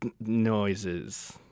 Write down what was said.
noises